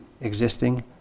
existing